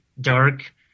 dark